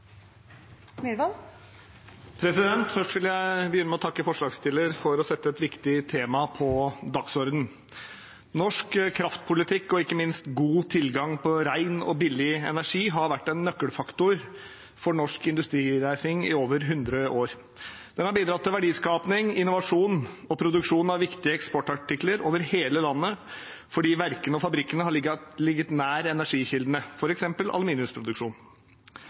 vil begynne med å takke forslagsstillerne for å sette et viktig tema på dagsordenen. Norsk kraftpolitikk og ikke minst god tilgang på ren og billig energi har vært en nøkkelfaktor for norsk industrireising i over hundre år. Det har bidratt til verdiskaping, innovasjon og produksjon av viktige eksportartikler over hele landet fordi verkene og fabrikkene har ligget nær energikildene, f.eks. aluminiumsproduksjon.